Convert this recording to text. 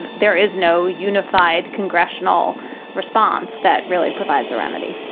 there is no unified congressional response that really provides a remedy